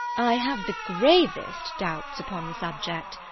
i have the gravest doubts upon the subject.